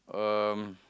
um